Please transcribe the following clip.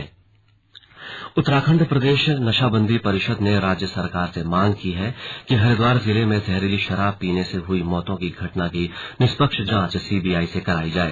slug नशाबंदी उत्तराखंड प्रदेश नशाबंदी परिषद ने राज्य सरकार से मांग की है कि हरिद्वार जिले में जहरीली शराब पीने से हई मौतों की घटना की निष्पक्ष जांच सीबीआई से करवाई जाए